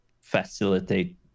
facilitate